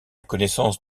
connaissance